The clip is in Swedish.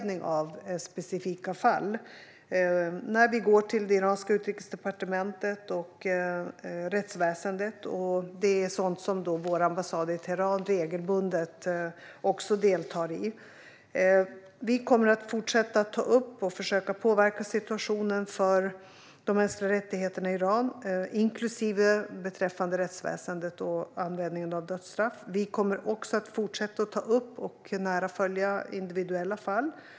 När vi går till det iranska utrikesdepartementet och rättsväsendet, vilket är sådant som vår ambassad i Teheran regelbundet deltar i, sker det ofta med anledning av specifika fall. Vi kommer att fortsätta ta upp och försöka påverka situationen för de mänskliga rättigheterna i Iran, även beträffande rättsväsendet och användningen av dödsstraff. Vi kommer också att fortsätta ta upp och nära följa individuella fall.